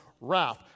wrath